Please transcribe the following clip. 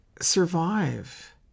survive